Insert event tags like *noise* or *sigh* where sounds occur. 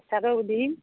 *unintelligible* দিম